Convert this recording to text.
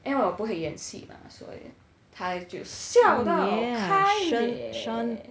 因为我不会演戏嘛所以他就笑到开眼